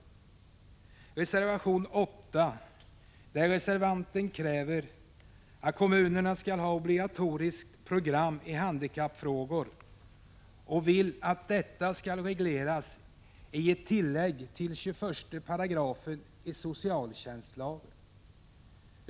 I reservation 8 kräver reservanten att kommunerna skall ha obligatoriskt program i handikappfrågor och vill att detta skall regleras i ett tillägg till 21§ i socialtjänstlagen.